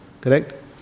correct